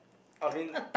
I mean